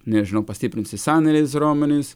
nežinau pastiprinti sąnarės raumenis